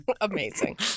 amazing